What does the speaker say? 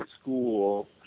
school